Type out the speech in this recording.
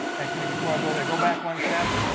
actually, before i go there. go back one step.